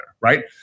right